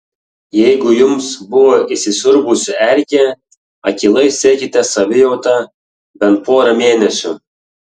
jeigu jums buvo įsisiurbusi erkė akylai sekite savijautą bent porą mėnesių